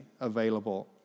available